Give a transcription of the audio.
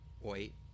wait